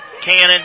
Cannon